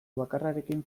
bakarrarekin